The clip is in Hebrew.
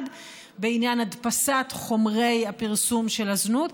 בעניין הדפסת חומרי הפרסום של הזנות.